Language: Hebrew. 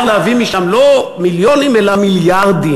להביא משם לא מיליונים אלא מיליארדים.